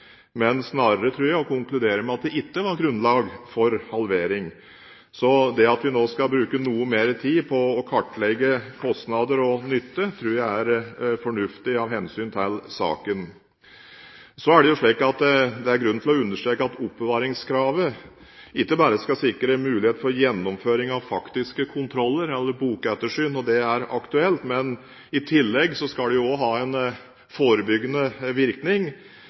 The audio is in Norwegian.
men snarere, tror jeg, å konkludere med at det ikke er grunnlag for halvering. Så det at vi nå skal bruke noe mer tid på å kartlegge kostnader og nytte, tror jeg er fornuftig av hensyn til saken. Det er grunn til å understreke at oppbevaringskravet ikke bare skal sikre mulighet for gjennomføring av faktiske kontroller eller bokettersyn når det er aktuelt, men i tillegg skal det ha en forebyggende virkning,